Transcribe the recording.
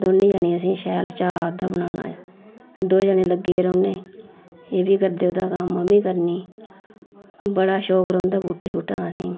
दोनें जनें असें शैल चाऽ ओह्दा बनाने दा दोए जने लग्गे दे रौह्ने एह् बी करदे ओह्दा कम्म आम्मी करनी बड़ा शौक रौंह्दा बूह्टे छूहटे दा असेंई